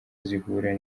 zihura